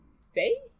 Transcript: say